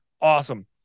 awesome